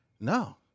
No